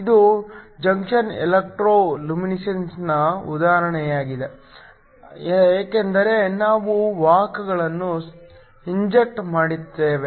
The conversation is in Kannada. ಇದು ಇಂಜೆಕ್ಷನ್ ಎಲೆಕ್ಟ್ರೋ ಲುಮಿನಿಸೆನ್ಸ್ನ ಉದಾಹರಣೆಯಾಗಿದೆ ಏಕೆಂದರೆ ನಾವು ವಾಹಕಗಳನ್ನು ಇಂಜೆಕ್ಟ್ ಮಾಡುತ್ತೇವೆ